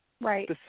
Right